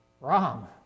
Wrong